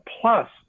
Plus